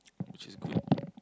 which is good